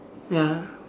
ya